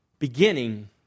Beginning